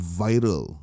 viral